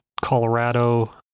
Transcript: colorado